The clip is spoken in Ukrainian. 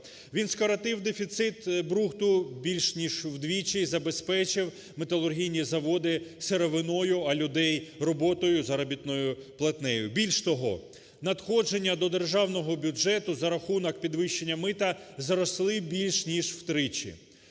Він скоротив дефіцит брухту більш, ніж вдвічі, і забезпечив металургійні заводи сировиною, а людей роботою, і заробітною платнею. Більш того, надходження до державного бюджету, за рахунок підвищення мита, зросли більш, ніж втричі.